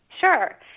Sure